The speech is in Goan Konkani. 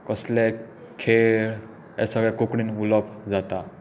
कसलेय खेळ हे सगळे कोंकणींत उलोवप जाता